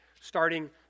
starting